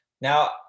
Now